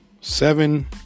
Seven